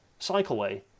cycleway